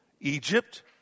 Egypt